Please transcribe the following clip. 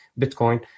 Bitcoin